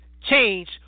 change